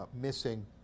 missing